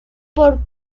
por